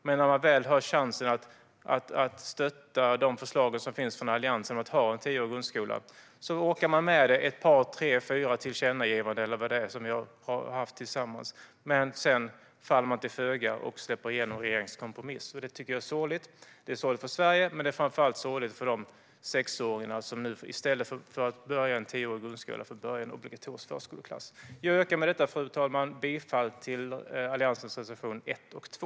Men när de väl har chansen att stötta de förslag som finns från Alliansen om en tioårig grundskola orkar de bara med det i ett par tre eller fyra tillkännagivanden, eller hur många det nu kan vara som vi har haft tillsammans. Sedan faller de till föga och släpper igenom regeringens kompromiss. Det tycker jag är sorgligt. Det är sorgligt för Sverige, men det är framför allt sorgligt för de sexåringar som i stället för att börja i en tioårig grundskola nu får börja i en obligatorisk förskoleklass. Fru talman! Med detta yrkar jag bifall till Alliansens reservationer 1 och 2.